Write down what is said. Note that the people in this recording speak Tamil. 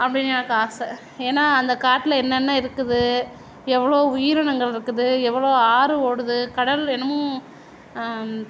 அப்படின்னு எனக்கு ஆசை ஏன்னால் அந்த காட்டில் என்னென்ன இருக்குது எவ்வளோ உயிரினங்கள் இருக்குது எவ்வளோ ஆறு ஓடுது கடல் எனும்